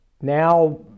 Now